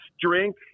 drink